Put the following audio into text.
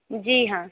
जी हाँ